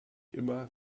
immer